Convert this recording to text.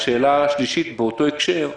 השאלה השלישית באותו הקשר,